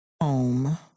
home